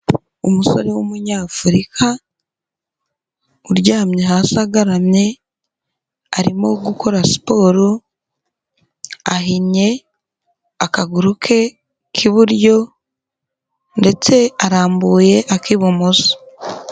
Umusore w'umunyafurika, uryamye hasi agaramye, arimo gukora siporo ahinnye akaguru ke k'iburyo ndetse arambuye ak'ibumoso.